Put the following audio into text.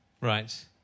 right